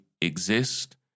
exist